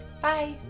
Bye